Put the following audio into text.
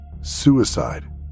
Suicide